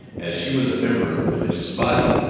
as she was a member of a religious body,